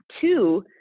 Two